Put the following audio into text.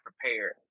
prepared